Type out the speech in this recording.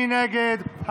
מי נגד?